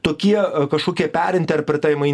tokie kažkokie perinterpretavimai